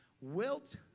Wilt